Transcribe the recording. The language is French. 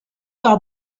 par